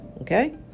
Okay